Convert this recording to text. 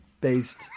based